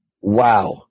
Wow